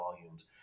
volumes